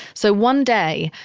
so one day,